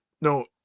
no